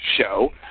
show